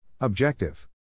Objective